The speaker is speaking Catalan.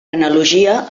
analogia